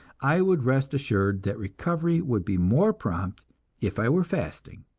i would rest assured that recovery would be more prompt if i were fasting.